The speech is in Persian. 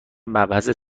مبحث